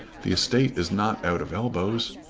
the estate is not out of elbows.